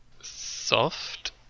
Soft